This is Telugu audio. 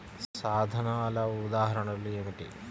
సాధనాల ఉదాహరణలు ఏమిటీ?